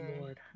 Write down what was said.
lord